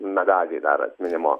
medalį dar atminimo